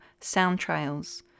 Soundtrails